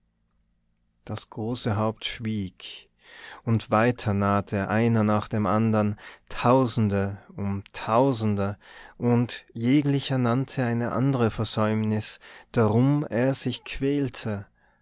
das große haupt schwieg und weiter nahte einer nach dem andern tausende um tausende und jeglicher nannte eine andre versäumnis darum er sich quälte